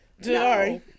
Sorry